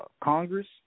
Congress